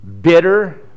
bitter